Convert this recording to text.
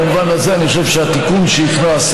במובן הזה אני חושב שהתיקון שהכנסת,